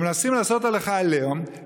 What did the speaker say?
מנסים לעשות עליך עליהום,